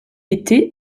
été